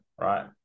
right